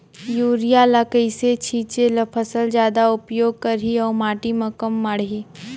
Urea ल कइसे छीचे ल फसल जादा उपयोग करही अउ माटी म कम माढ़ही?